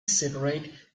separate